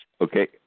Okay